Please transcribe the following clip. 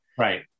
Right